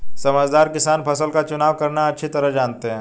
समझदार किसान फसल का चुनाव करना अच्छी तरह जानते हैं